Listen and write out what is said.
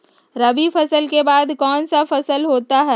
रवि फसल के बाद कौन सा फसल होता है?